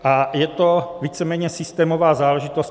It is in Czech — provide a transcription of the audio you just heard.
A je to víceméně systémová záležitost.